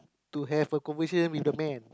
to have a conversation with the man